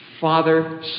Father